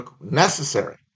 necessary